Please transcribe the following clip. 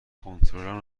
کنترلم